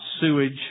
sewage